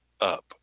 up